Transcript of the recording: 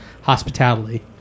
hospitality